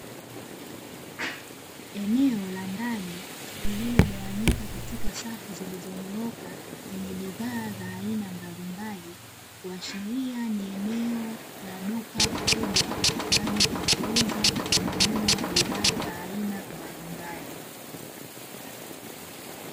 Eneo la ndani lililogawanyika katika safu zilizonyooka zenye bidhaa za aina mbalimbali, huashiria ni eneo la duka kubwa kwa ajili ya kuuza na kununua bidhaa za aina mbalimbali.